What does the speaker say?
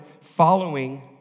following